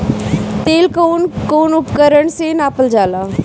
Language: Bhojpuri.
तेल कउन कउन उपकरण से नापल जाला?